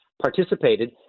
participated